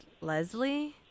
Leslie